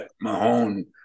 Mahone